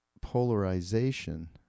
polarization